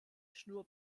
schnur